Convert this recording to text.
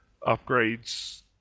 upgrades